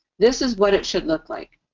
this is what it should look like.